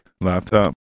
laptop